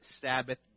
Sabbath